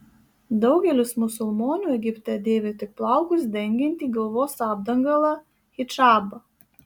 daugelis musulmonių egipte dėvi tik plaukus dengiantį galvos apdangalą hidžabą